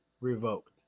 revoked